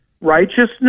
righteousness